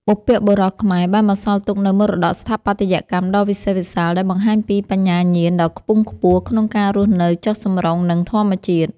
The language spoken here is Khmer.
បុព្វបុរសខ្មែរបានបន្សល់ទុកនូវមរតកស្ថាបត្យកម្មដ៏វិសេសវិសាល ដែលបង្ហាញពីបញ្ញាញាណដ៏ខ្ពង់ខ្ពស់ក្នុងការរស់នៅចុះសម្រុងនឹងធម្មជាតិ។